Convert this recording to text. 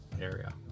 area